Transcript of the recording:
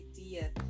idea